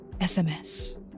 SMS